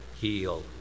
heal